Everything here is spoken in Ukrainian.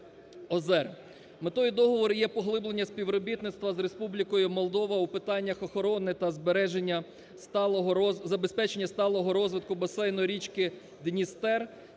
Метою договору є поглиблення співробітництва з Республікою Молдова у питаннях охорони та збереження сталого розвитку… забезпечення